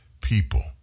people